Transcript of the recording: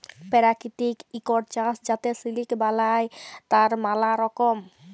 পেরাকিতিক ইকট চাস যাতে সিলিক বালাই, তার ম্যালা রকম